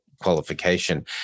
qualification